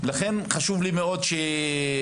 לכן חשוב לי מאוד שנציין.